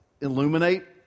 illuminate